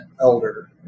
elder